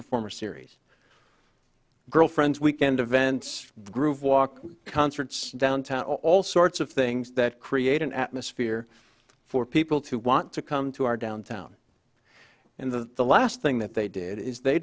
performers series girlfriends weekend events groove walk concerts downtown all sorts of things that create an atmosphere for people to want to come to our downtown in the the last thing that they did is they